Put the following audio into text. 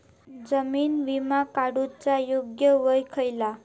जीवन विमा काडूचा योग्य वय खयला?